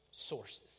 Sources